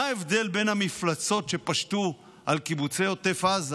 מה ההבדל בין המפלצות שפשטו על קיבוצי עוטף עזה,